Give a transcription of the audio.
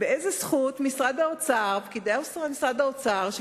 באיזו זכות פקידי משרד האוצר,